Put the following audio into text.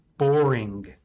boring